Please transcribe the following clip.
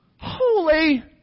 Holy